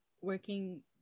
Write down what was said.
working